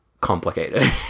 complicated